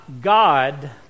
God